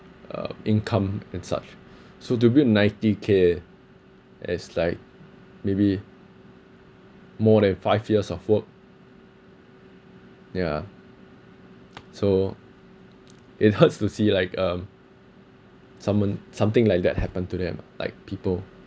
uh income and such so to build ninety K eh as like maybe more than five years of work ya so it hurts to see like um someone something like that happen to them like people